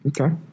okay